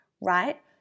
right